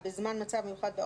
גם המשפטיות,